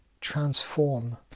transform